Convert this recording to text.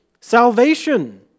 salvation